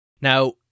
Now